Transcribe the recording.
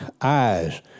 eyes